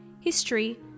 history